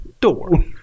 door